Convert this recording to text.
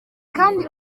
kandi